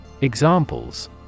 Examples